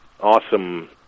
awesome